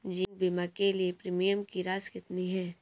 जीवन बीमा के लिए प्रीमियम की राशि कितनी है?